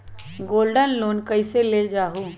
Gold loan कईसे लेल जाहु?